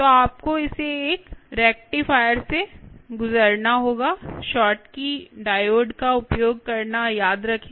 तो आपको इसे एक रेक्टिफायर से गुजरना होगा शॉटकी डायोड का उपयोग करना याद रखें